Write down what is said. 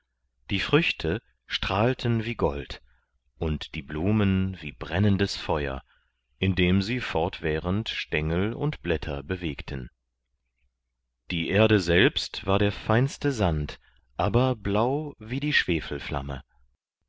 die früchte strahlten wie gold und die blumen wie brennendes feuer indem sie fortwährend stengel und blätter bewegten die erde selbst war der feinste sand aber blau wie die